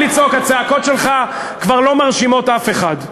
עלה אדם מן האופוזיציה, אמר עמדה אחרת,